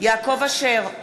יעקב אשר,